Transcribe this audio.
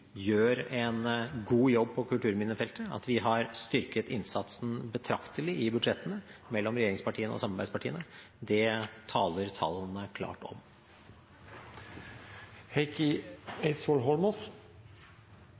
gjør en god jobb på kulturminnefeltet og har styrket innsatsen betraktelig i budsjettene mellom regjeringspartiene og samarbeidspartiene, taler tallene klart om.